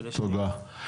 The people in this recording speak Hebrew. תודה,